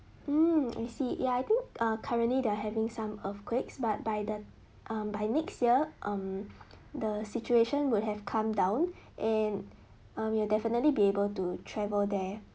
mm I see ya I think uh currently they are having some earthquakes but by the um by next year um the situation would have come down and um you'll definitely be able to travel there